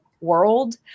world